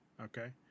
Okay